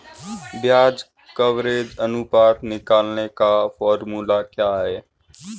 ब्याज कवरेज अनुपात निकालने का फॉर्मूला क्या है?